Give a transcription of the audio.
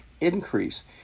increase